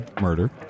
murder